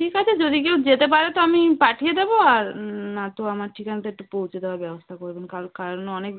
ঠিক আছে যদি কেউ যেতে পারে তো আমি পাঠিয়ে দেবো আর না তো আমার ঠিকানাটা একটু পৌঁছে দেওয়ার ব্যবস্থা করে দেবেন কারণ কাল কাল অনেক